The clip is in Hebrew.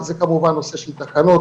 זה כמובן נושא של תקנות,